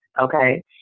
okay